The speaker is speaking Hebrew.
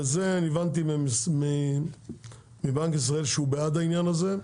וזה אני הבנתי מבנק ישראל שהוא בעד העניין הזה.